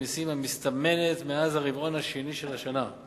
המסים המסתמנת מאז הרבעון השני של השנה.